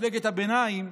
מפלגת הביניים,